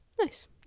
Nice